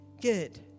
good